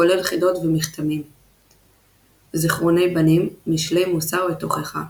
כולל חידות ומכתמים זכרוני בנים – משלי מוסר ותוכחה